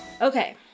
Okay